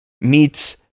meets